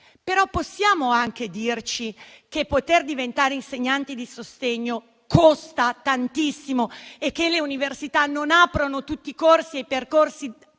Possiamo anche dirci però che poter diventare insegnanti di sostegno costa tantissimo e che le università non aprono tutti i corsi e i percorsi